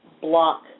block